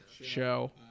show